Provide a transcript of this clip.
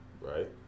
Right